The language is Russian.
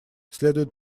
следует